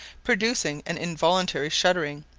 producing an involuntary shuddering,